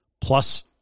plus